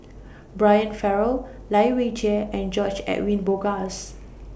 Brian Farrell Lai Weijie and George Edwin Bogaars